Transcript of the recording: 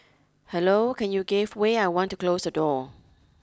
hello can you give way I want to close the door